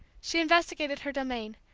she investigated her domain,